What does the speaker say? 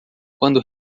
quando